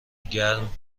گرم